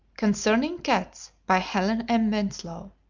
concerning cats, by helen m. winslow